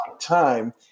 time